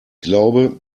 glaube